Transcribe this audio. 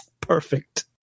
perfect